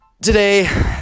Today